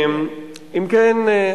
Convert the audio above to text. אם כן,